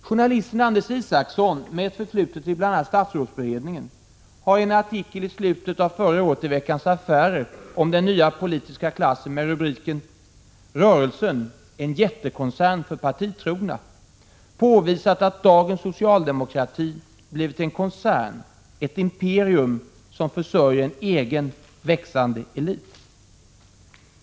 Journalisten Anders Isaksson med ett förflutet i bl.a. statsrådsberedningen hari en artikel i slutet av förra året i Veckans Affärer om den nya politiska klassen med rubriken ”Rörelsen — en jättekoncern för partitrogna” påvisat att dagens socialdemokrati blivit en koncern, ett imperium som försörjer en egen, växande elit.